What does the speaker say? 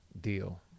deal